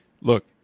Look